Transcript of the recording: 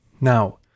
Now